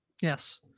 Yes